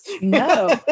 no